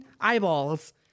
eyeballs